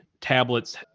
tablets